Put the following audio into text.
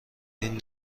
این